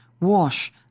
wash